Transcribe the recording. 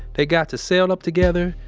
they got to cell up together,